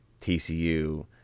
TCU